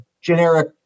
generic